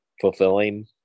fulfilling